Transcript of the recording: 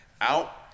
Out